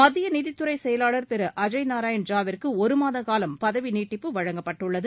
மத்திய நிதித்துறை செயலாளர் திரு அஜய்நாராயன் ஜா விற்கு ஒரு மாதகாலம் பதவிநீட்டிப்பு வழங்கப்பட்டுள்ளது